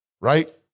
Right